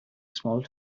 small